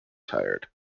tired